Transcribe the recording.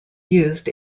used